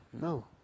no